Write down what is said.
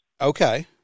Okay